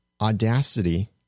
Audacity